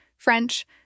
French